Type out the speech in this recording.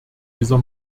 dieser